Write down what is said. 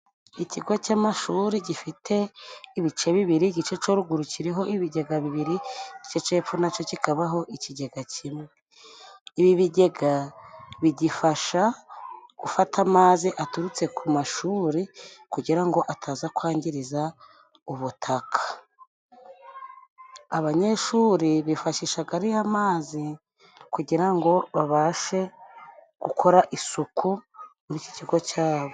ikigo cy'amashuri gifite ibice bibiri igice co ruguru kiriho ibigega bibiri igice c'epfo naco kikabaho ikigega kimwe. Ibi bigega bigifasha gufata amazi aturutse ku mashuri kugira ngo ataza kwangiriza ubutaka . Abanyeshuri bifashishaga ariya mazi kugira ngo babashe gukora isuku mu kigo cyabo.